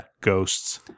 ghosts